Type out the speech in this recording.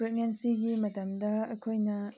ꯄ꯭ꯔꯦꯛꯅꯦꯟꯁꯤꯒꯤ ꯃꯇꯝꯗ ꯑꯩꯈꯣꯏꯅ